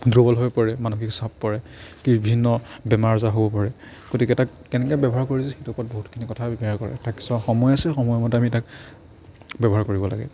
দুৰ্বল হৈ পৰে মানসিক চাপ পৰে কি বিভিন্ন বেমাৰ আজাৰ হ'ব পাৰে গতিকে তাক কেনেকৈ ব্যৱহাৰ কৰিছে সেইটোৰ ওপৰত বহুতখিনি কথা ব্যৱহাৰ কৰে তাক কিছুমান সময় আছে সময়মতে আমি তাক ব্যৱহাৰ কৰিব লাগে